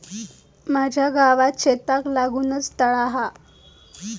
माझ्या गावात शेताक लागूनच तळा हा